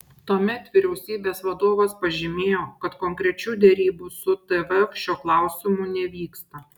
tuomet vyriausybės vadovas pažymėjo kad konkrečių derybų su tvf šiuo klausimu nevyksta